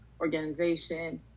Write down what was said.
organization